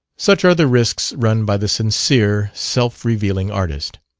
such are the risks run by the sincere, self-revealing artist.